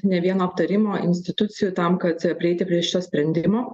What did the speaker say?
ne vieno aptarimo institucijų tam kad prieiti prie šito sprendimo